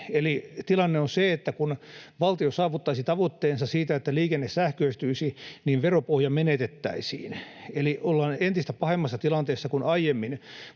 tilanne on se, että kun valtio saavuttaisi tavoitteensa siitä, että liikenne sähköistyisi, niin veropohja menetettäisiin. Eli ollaan pahemmassa tilanteessa kuin aiemmin,